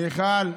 מיכל,